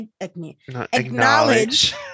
acknowledge